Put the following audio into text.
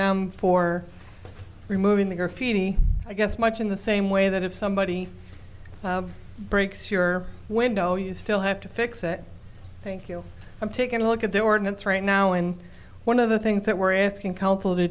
them for removing the graffiti i guess much in the same way that if somebody breaks your window you still have to fix it thank you i'm taking a look at the ordinance right now and one of the things that we're asking